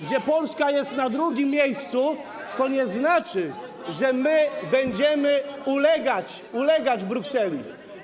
gdzie Polska jest na drugim miejscu, to nie znaczy, że my będziemy ulegać Brukseli.